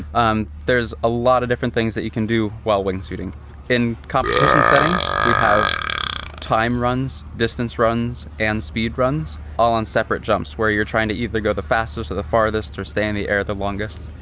um there's a lot of different things that you can do while wing shooting in competition settings. we have time runs, distance runs and speed runs all on separate jumps where you're trying to either go the fastest or the farthest or stay in the air the longest.